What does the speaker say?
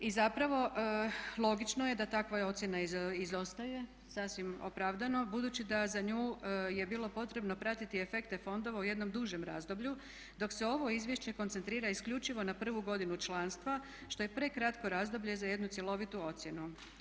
I zapravo logično je da takva ocjena izostaje, sasvim opravdano budući da za nju je bilo potrebno pratiti efekte fondova u jednom dužem razdoblju dok se ovo izvješće koncentrira isključivo na prvu godinu članstva što je prekratko razdoblje za jednu cjelovitu ocjenu.